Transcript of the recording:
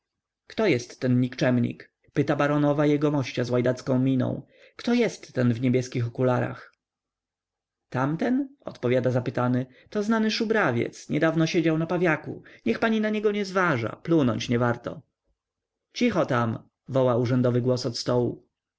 kto jest ten nikczemnik pyta baronowa jegomościa z łajdacką miną kto jest ten w niebieskich okularach tamten odpowiada zapytany to znany szubrawiec niedawno siedział na pawiaku niech pani na niego nie zważa plunąć nie warto cicho tam woła urzędowy głos od stołu